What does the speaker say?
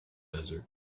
desert